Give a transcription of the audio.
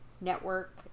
network